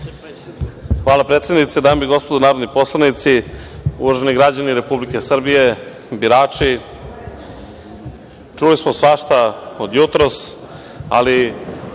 Hvala predsednice. Dame i gospodo narodni poslanici, uvaženi građani Republike Srbije, i birači, čuli smo svašta od jutros ali